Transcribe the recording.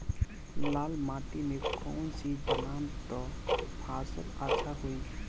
लाल माटी मे कौन चिज ढालाम त फासल अच्छा होई?